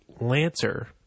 Lancer